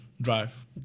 drive